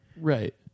Right